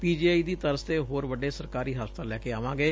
PGI ਦੀ ਤਰਜ਼ ਤੇ ਹੋਰ ਵੱਡੇ ਸਰਕਾਰੀ ਹਸਪਤਾਲ ਲੈ ਕੇ ਆਵਾਂਗੇ